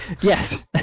yes